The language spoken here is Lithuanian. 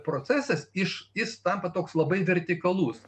procesas iš jis tampa toks labai vertikalus